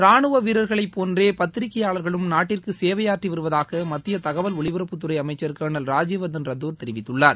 ரானுவ வீரர்களை போன்றே பத்திரிகையாளர்களும் நாட்டிற்கு சேவையாற்றி வருவதாக மத்திய தகவல் ஒலிபரப்புத் துறை அமைச்சர் கர்னல் ராஜ்யவர்தன் ரத்தோர் தெரிவித்துள்ளார்